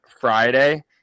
Friday